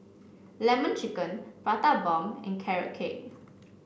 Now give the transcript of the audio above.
lemon chicken Prata Bomb and Carrot Cake